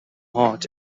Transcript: heart